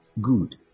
good